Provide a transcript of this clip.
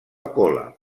cola